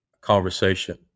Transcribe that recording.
conversation